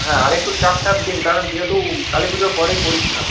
হ্যাঁ আর একটু চাপ টাপ দিন কারণ যেহেতু কালী পুজোর পরেই পরীক্ষা